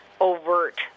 overt